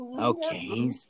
Okay